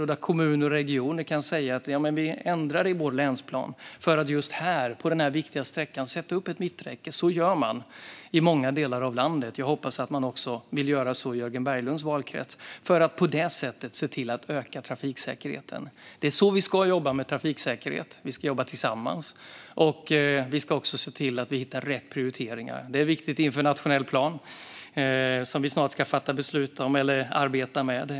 Och kommuner och regioner kan säga att man ändrar i sin länsplan för att just på en viktig sträcka sätta upp ett mitträcke. Så gör man i många delar av landet. Jag hoppas att man också vill göra så i Jörgen Berglunds valkrets för att på det sättet se till att öka trafiksäkerheten. Det är så vi ska jobba med trafiksäkerhet. Vi ska jobba tillsammans, och vi ska också se till att vi hittar rätt prioriteringar. Det är viktigt inför nationell plan, som vi snart ska arbeta med och fatta beslut om.